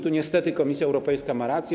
Tu niestety Komisja Europejska ma rację.